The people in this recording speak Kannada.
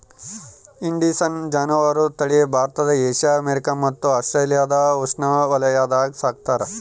ಇಂಡಿಸಿನ್ ಜಾನುವಾರು ತಳಿ ಭಾರತ ಏಷ್ಯಾ ಅಮೇರಿಕಾ ಮತ್ತು ಆಸ್ಟ್ರೇಲಿಯಾದ ಉಷ್ಣವಲಯಾಗ ಸಾಕ್ತಾರ